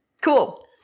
Cool